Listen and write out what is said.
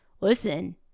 Listen